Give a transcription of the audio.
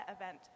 event